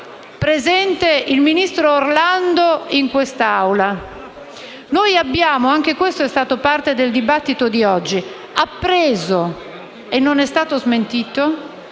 il ministro Orlando presente in quest'Aula.